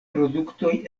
produktoj